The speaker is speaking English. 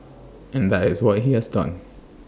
and that is what he has done